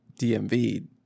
DMV